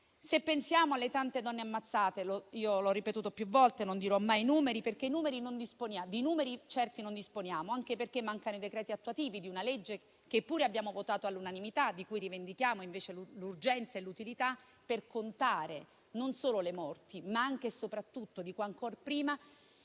Pensiamo alle tante donne ammazzate. Io - l'ho ripetuto più volte - non dirò mai i numeri, perché non ne disponiamo di certi, e anche perché mancano i decreti attuativi di una legge che pure abbiamo votato all'unanimità; legge di cui rivendichiamo invece l'urgenza e l'utilità, per contare non solo le morti, ma anche e soprattutto, ancor prima,